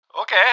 Okay